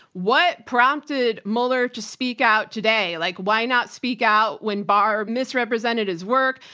what prompted mueller to speak out today? like why not speak out when barr misrepresented his work?